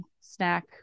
snack